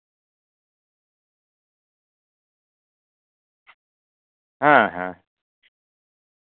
ᱦᱮᱸ ᱦᱮᱸ